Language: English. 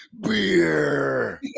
beer